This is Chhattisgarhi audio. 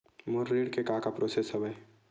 मोर ऋण के का का प्रोसेस हवय?